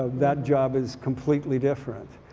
that job is completely different.